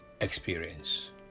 experience